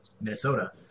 Minnesota